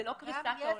זאת לא קריסת העולם.